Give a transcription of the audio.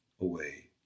away